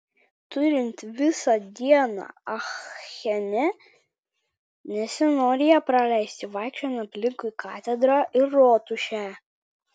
turint visą dieną achene nesinori ją praleisti vaikščiojant aplinkui katedrą ir rotušę